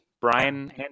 Brian